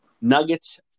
Nuggets